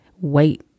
wait